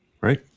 right